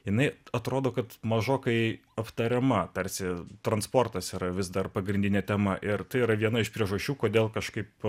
jinai atrodo kad mažokai aptariama tarsi transportas yra vis dar pagrindinė tema ir tai yra viena iš priežasčių kodėl kažkaip